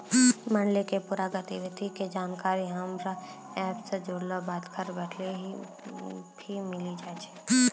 मंडी के पूरा गतिविधि के जानकारी हमरा एप सॅ जुड़ला बाद घर बैठले भी मिलि जाय छै